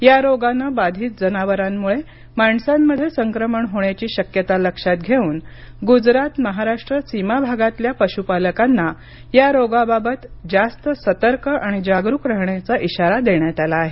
या रोगाने बाधित जनावरांमुळे माणसांमध्ये संक्रमण होण्याची शक्यता लक्षात घेऊन गुजरात महाराष्ट्र सीमा भागातल्या पशुपालकांना या रोगाबाबत जास्त सतर्क आणि जागरूक राहण्याचा इशारा देण्यात आला आहे